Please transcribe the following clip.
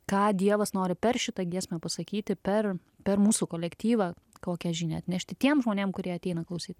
ką dievas nori per šitą giesmę pasakyti per per mūsų kolektyvą kokią žinią atnešti tiem žmonėm kurie ateina klausyt